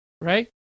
right